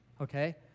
Okay